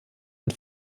und